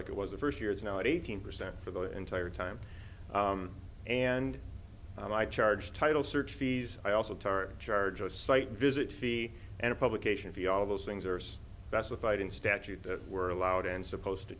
like it was the first year is now eighteen percent for the entire time and i charge title search fees i also tara charges site visit fee and a publication fee all those things are that's a fighting statute that we're allowed and supposed to